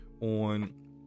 on